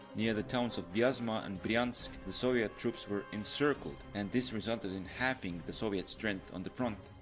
near the towns of vyazma and bryansk, the soviet troops were encircled and this resulted in halving the soviet strength on the front.